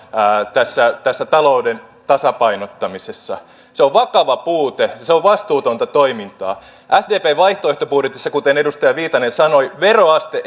tässä tässä talouden tasapainottamisessa se on vakava puute ja se on vastuutonta toimintaa sdpn vaihtoehtobudjetissa kuten edustaja viitanen sanoi veroaste